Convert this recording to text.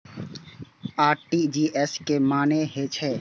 RTGS के की मानें हे छे?